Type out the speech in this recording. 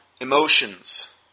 emotions